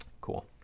Cool